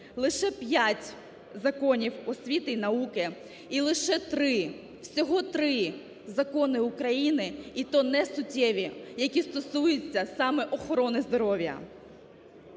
лише 5 законів освіти і науки і лише 3, всього три Закони України, і то не суттєві, які стосуються саме охорони здоров'я.